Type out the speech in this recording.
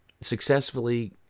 successfully